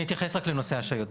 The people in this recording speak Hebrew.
אני אתייחס רק לנושא ההשעיות.